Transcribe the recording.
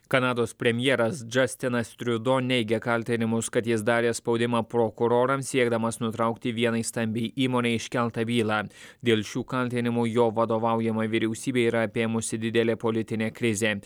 kanados premjeras džastinas triudo neigia kaltinimus kad jis darė spaudimą prokurorams siekdamas nutraukti vienai stambiai įmonei iškeltą bylą dėl šių kaltinimų jo vadovaujamą vyriausybę yra apėmusi didelė politinė krizė